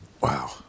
Wow